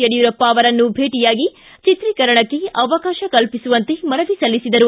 ಯಡಿಯೂರಪ್ಪ ಅವರನ್ನು ಭೇಟಿಯಾಗಿ ಚಿತ್ರೀಕರಣಕ್ಕೆ ಅವಕಾಶ ಕಲ್ಲಿಸುವಂತೆ ಮನವಿ ಸಲ್ಲಿಸಿದರು